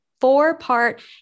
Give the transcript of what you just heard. four-part